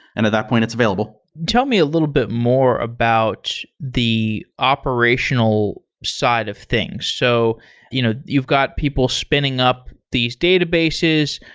and at that point it's available. tell me a little bit more about the operational side of things. so you know you've got people spinning up these databases.